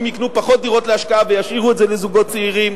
יקנו פחות דירות להשקעה וישאירו את זה לזוגות צעירים,